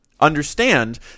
understand